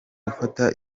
gufata